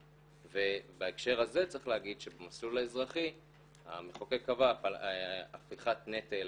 ובהקשר הזה צריך שבמסלול האזרחי המחוקק קבע על הפיכת נטל